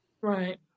Right